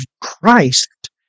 Christ